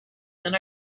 than